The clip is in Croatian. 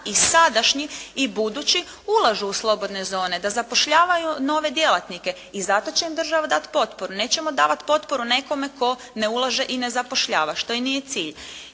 i sadašnji i budući ulažu u slobodne zone, da zapošljavaju nove djelatnike i zato će im država dati potporu. Nećemo davati potporu nekome tko ne ulaže i ne zapošljava što i nije cilj.